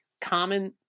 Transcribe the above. common